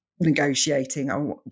negotiating